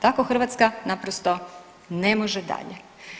Tako Hrvatska naprosto ne može dalje.